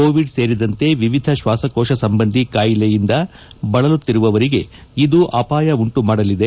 Covid ಸೇರಿದಂತೆ ವಿವಿಧ ಶ್ವಾಸಕೋಶ ಸಂಬಂಧಿ ಕಾಯಿಲೆಯಿಂದ ಬಳಲುತ್ತಿರುವವರಿಗೆ ಇದು ಅಪಾಯ ಉಂಟು ಮಾದಲಿದೆ